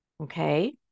okay